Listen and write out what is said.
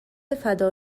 فدا